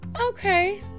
okay